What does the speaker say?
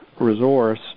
resource